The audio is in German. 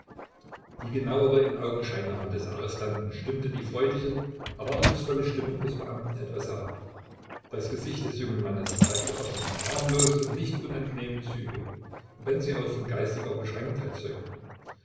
die genauere inaugenscheinnahme des arrestanten stimmte die freudige erwartungsvolle stimmung des beamten etwas herab das gesicht des jungen mannes zeigte offene harmlose nicht unangenehme züge wenn sie auch von geistiger beschränktheit zeugten